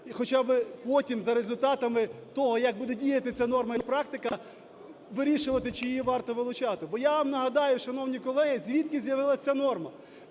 і хоча би потім за результатами того, як буде діяти ця норам і практика, вирішувати, чи її варто вилучати. Бо я вам нагадаю, шановні колеги, звідки з'явилась ця норма.